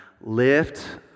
lift